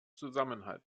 zusammenhalts